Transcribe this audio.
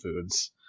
foods